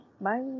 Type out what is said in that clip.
Bye